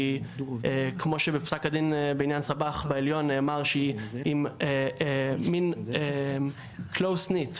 שכמו שבפסק הדין בעניין סבח בעליון נאמר שהיא מין close knit,